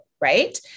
right